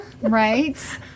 Right